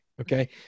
Okay